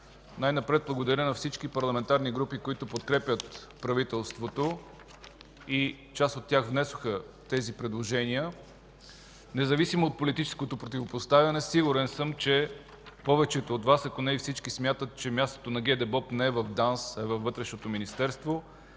Най-напред благодаря на всички парламентарни групи, които подкрепят правителството и част от тях внесоха тези предложения. Независимо от политическото противопоставяне, сигурен съм, че повечето от Вас, ако не и всички, смятат, че мястото на ГДБОП не е в ДАНС, а във Вътрешното министерство,